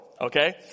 okay